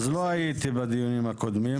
אז לא הייתי בדיונים הקודמים.